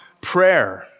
prayer